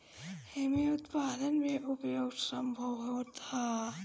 एमे उत्पादन में उपयोग संभव होत हअ